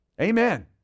Amen